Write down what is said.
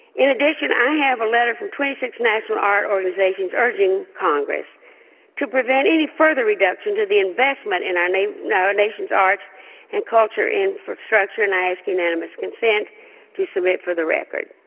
in addition, i have a letter from twenty six national art organizations urging congress to prevent any further reduction to the investment in ah and our you know nation's arts and culture infrastructure and i ask unanimous consent to submit for the record.